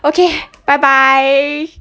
okay bye bye